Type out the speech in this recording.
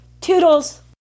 toodles